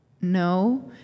no